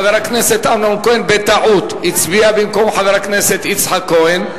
חבר הכנסת אמנון כהן בטעות הצביע במקום חבר הכנסת יצחק כהן.